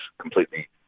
completely